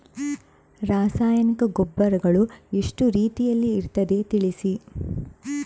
ರಾಸಾಯನಿಕ ಗೊಬ್ಬರಗಳು ಎಷ್ಟು ರೀತಿಯಲ್ಲಿ ಇರ್ತದೆ ತಿಳಿಸಿ?